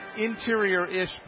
interior-ish